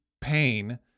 pain